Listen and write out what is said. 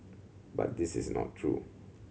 but this is not true